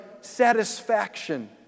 satisfaction